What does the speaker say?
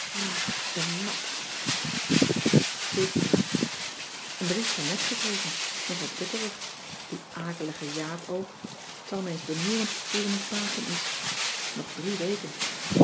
ik ben aart en brief van net gekregen nogal putterig die akelige jaap ook t zal me eens benieuwen hoe ze cissy van marxveldt de h b s tijd van joop ter heul met paschen is nog drie weken